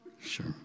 Sure